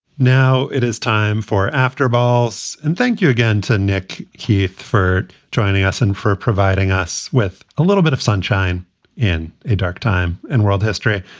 now it is time for after balls and thank you again to nick heath for joining us and for providing us with a little bit of sunshine in a dark time in world history.